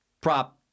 prop